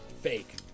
Fake